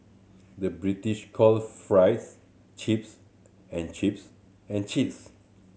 the British call fries chips and chips and cheese